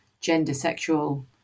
gender-sexual